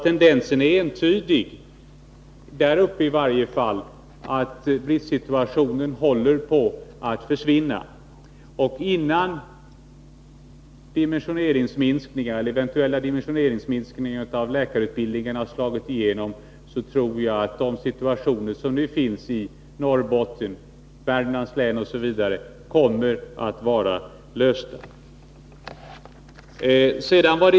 Tendensen är i varje fall där uppe entydig: bristsituationen håller på att försvinna. Innan eventuella dimensioneringsminskningar i läkarutbildningen har slagit igenom kommer förmodligen de problem på det här området som man nu har i Norrbotten, i Värmlands län osv. att vara lösta.